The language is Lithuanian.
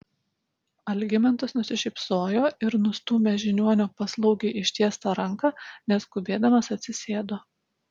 algimantas nusišypsojo ir nustūmęs žiniuonio paslaugiai ištiestą ranką neskubėdamas atsisėdo